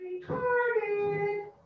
Recorded